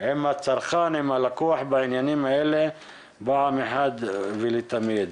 עם הצרכן, עם הלקוח בעניינים האלה פעם אחת ולתמיד.